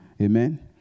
amen